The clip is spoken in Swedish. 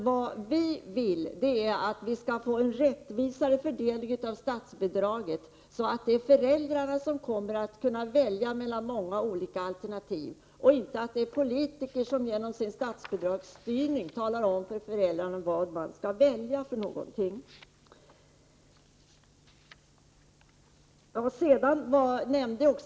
Vad vi önskar är en rättvisare fördelning av statsbidraget, så att föräldrarna kommer att kunna välja mellan många olika alternativ, inte att politikerna genom sin statsbidragsstyrning talar om för föräldrarna vad de skall välja för någonting.